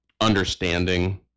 understanding